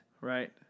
right